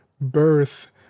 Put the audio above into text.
birth